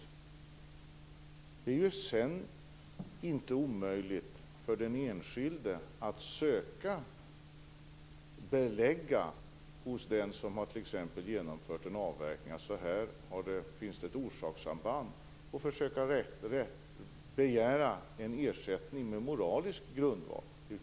Sedan är det inte omöjligt för den enskilde att hos den som t.ex. har genomfört en avverkning söka belägga att det finns ett orsakssamband och försöka begära en ersättning med moralisk grundval.